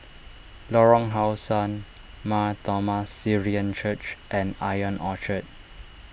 Lorong How Sun Mar Thoma Syrian Church and I on Orchard